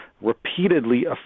repeatedly